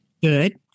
Good